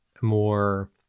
more